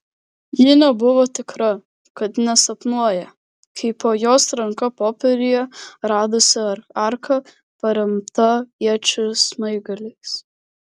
ji nebuvo tikra kad nesapnuoja kai po jos ranka popieriuje radosi arka paremta iečių smaigaliais